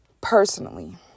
personally